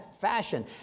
fashion